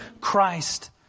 Christ